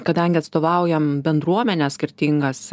kadangi atstovaujam bendruomenes skirtingas